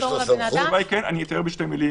כמו כל הסדר --- אבל אתם מכירים את